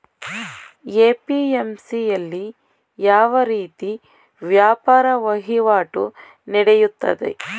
APMC ಯಲ್ಲಿ ಯಾವ ರೀತಿ ವ್ಯಾಪಾರ ವಹಿವಾಟು ನೆಡೆಯುತ್ತದೆ?